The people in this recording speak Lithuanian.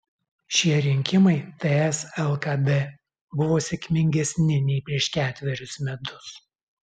šie rinkimai ts lkd buvo sėkmingesni nei prieš ketverius metus